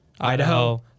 Idaho